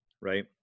right